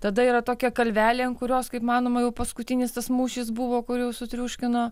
tada yra tokia kalvelė ant kurios kaip manoma jau paskutinis tas mūšis buvo kur jau sutriuškino